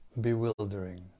bewildering